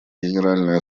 генеральной